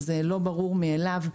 זה לא ברור מאליו.